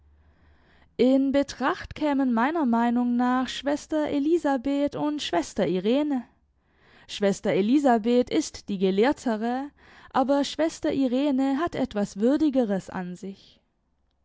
in betracht kämen meiner meinung nach schwester elisabeth und schwester irene schwester elisabeth ist die gelehrtere aber schwester irene hat etwas würdigeres an sich